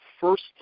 first